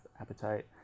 appetite